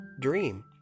dream